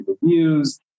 reviews